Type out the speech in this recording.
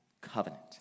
covenant